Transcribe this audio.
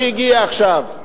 שהגיע עכשיו.